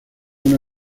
una